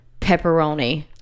Pepperoni